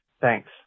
Thanks